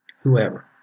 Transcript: whoever